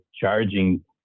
charging